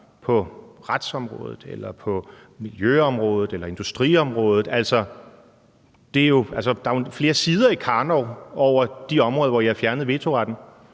på retsområdet, på miljøområdet eller på industriområdet. Altså, der er jo flere sider i Karnov over de områder, hvor I har fjernet vetoretten.